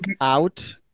out